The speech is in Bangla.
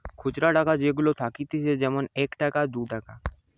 খুচরা টাকা যেগুলা থাকতিছে যেমন এক টাকা, দু টাকা